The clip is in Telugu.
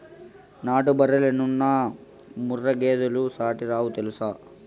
నాటు బర్రెలెన్నున్నా ముర్రా గేదెలు సాటేరావు తెల్సునా